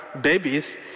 babies